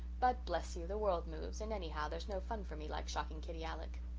but bless you, the world moves, and anyhow there's no fun for me like shocking kitty alec.